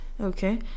okay